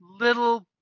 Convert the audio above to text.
little